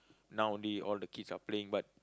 now only all the kids are playing but